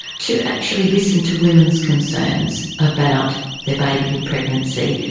to actually listen to women's concerns about their baby in pregnancy,